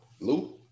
Lou